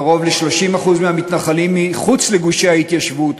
קרוב ל-30% מהמתנחלים מחוץ לגושי ההתיישבות